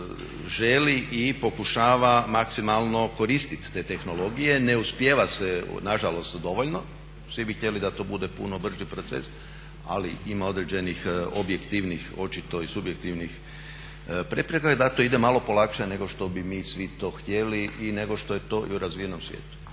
želi i pokušava maksimalno koristiti te tehnologije, ne uspijeva se nažalost dovoljno, svi bi htjeli da to bude puno brži proces ali ima određenih objektivnih očito i subjektivnih prepreka i da to ide malo polakše nego što bi mi svi to htjeli i nego što je to i u razvijenom svijetu.